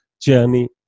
journey